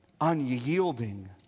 unyielding